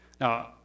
Now